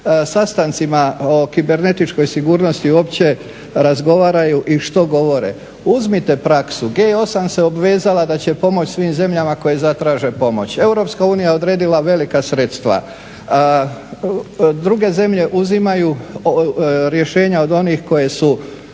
sastancima o kibernetičkoj sigurnosti uopće razgovaraju i što govore? Uzmite praksu, G8 se obvezala da će pomoć svim zemljama koje zatraže pomoć. EU je odredila velika sredstva. Druge zemlje uzimaju rješenja od onih koje su